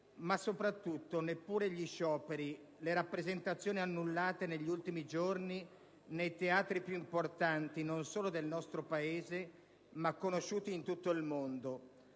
Ma soprattutto, neppure gli scioperi e le rappresentazioni annullate negli ultimi giorni nei teatri più importanti del nostro Paese, conosciuti in tutto il mondo,